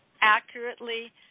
accurately